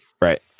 Right